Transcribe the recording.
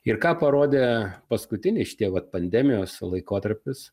ir ką parodė paskutiniai šitie vat pandemijos laikotarpis